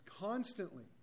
constantly